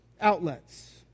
outlets